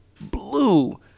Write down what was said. blue